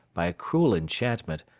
by a cruel enchantment,